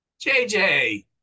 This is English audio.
JJ